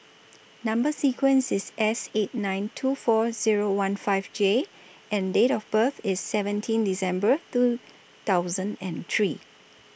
Number sequence IS S eight nine two four Zero one five J and Date of birth IS seventeen December two thousand and three